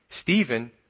Stephen